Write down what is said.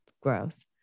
Gross